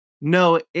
No